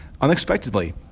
unexpectedly